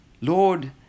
Lord